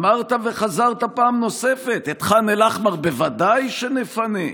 אמרת וחזרת פעם נוספת: את ח'אן אל-אחמר בוודאי שנפנה.